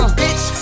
bitch